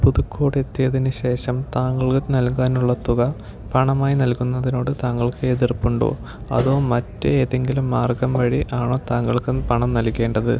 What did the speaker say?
പുതുക്കോട് എത്തിയതിന് ശേഷം താങ്കൾക്ക് നൽകാനുള്ള തുക പണമായി നൽകുന്നതിനോട് താങ്കൾക്ക് എതിർപ്പുണ്ടോ അതോ മറ്റേതെങ്കിലും മാർഗം വഴി ആണോ താങ്കൾക്ക് പണം നൽകേണ്ടത്